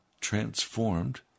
transformed